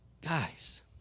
guys